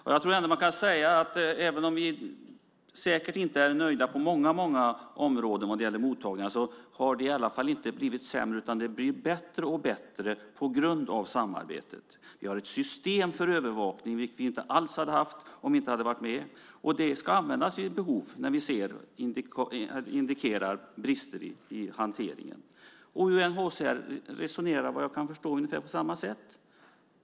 Jag tror att man kan säga att även om vi säkert inte är nöjda på många områden när det gäller mottagningen har den i alla fall inte blivit sämre. Den blir bättre och bättre på grund av samarbetet. Vi har ett system för övervakning, vilket vi inte alls hade haft om vi inte hade haft med. Det ska användas vid behov, när brister i hanteringen indikeras. UNHCR resonerar ungefär på samma sätt, vad jag kan förstå.